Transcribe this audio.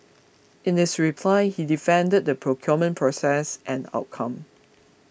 in his reply he defended the procurement process and outcome